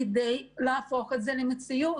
כדי להפוך את זה למציאות.